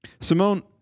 Simone